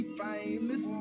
famous